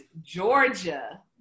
Georgia